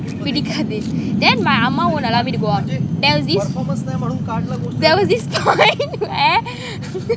எனக்கு அப்பிடி உக்கார பிடிக்காது:enakku appidi ukkara pidikathu then my mah won't allow me to go out there was this there was this